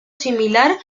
similar